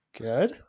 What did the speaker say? good